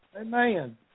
Amen